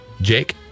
Jake